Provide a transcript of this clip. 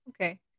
Okay